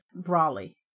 Brawley